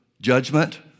judgment